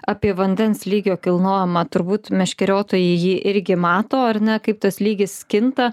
apie vandens lygio kilnojimą turbūt meškeriotojai jį irgi mato ar ne kaip tas lygis kinta